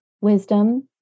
wisdom